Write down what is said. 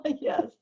yes